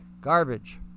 garbage